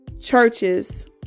churches